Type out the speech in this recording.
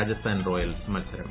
Rajasthan royals മത്സരം